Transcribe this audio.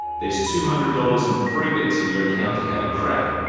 there's two hundred dollars in free bets in your account to have a crack.